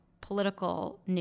political